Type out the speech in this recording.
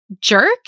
jerk